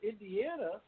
Indiana